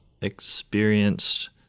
experienced